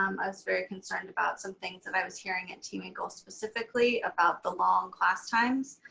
um i was very concerned about some things that i was hearing at tewinkle specifically about the long class times.